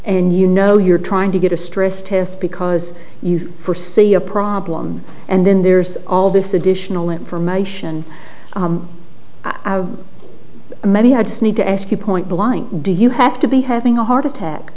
and you know you're trying to get a stress test because you first see a problem and then there's all this additional information many are just need to ask you point blank do you have to be having a heart attack